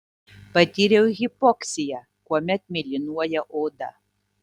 patyriau hipoksiją kuomet mėlynuoja oda